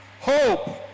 hope